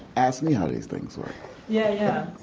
ask me how these things work yeah